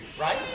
right